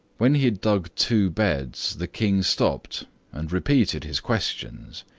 when he had dug two beds, the king stopped and repeated his questions.